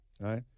right